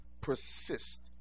persist